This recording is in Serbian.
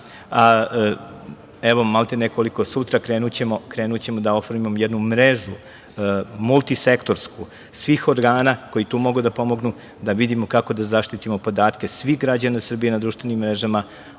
ne može sam. Koliko sutra, krenućemo da oformimo jednu mrežu, multisektorsku, svih organa koji tu mogu da pomognu, da vidimo kako da zaštitimo podatke svih građana Srbije na društvenim mrežama,